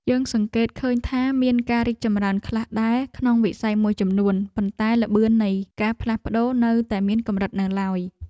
យើងសង្កេតឃើញថាមានការរីកចម្រើនខ្លះដែរក្នុងវិស័យមួយចំនួន ប៉ុន្តែល្បឿននៃការផ្លាស់ប្តូរនៅតែមានកម្រិតនៅឡើយ។